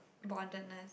boundedness